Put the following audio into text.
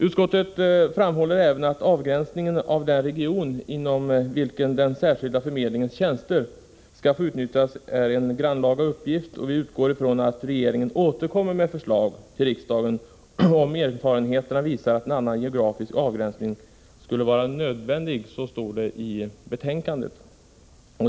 Utskottet framhåller även att begränsningen av den region inom vilken den särskilda förmedlingens tjänster skall få utnyttjas är en grannlaga uppgift, och vi utgår från att regeringen återkommer med förslag till riksdagen om erfarenheterna visar att en annan geografisk avgränsning skulle vara nödvändig. Så står det i betänkandet.